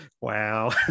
wow